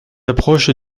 approche